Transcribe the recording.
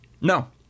No